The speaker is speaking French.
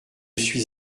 suis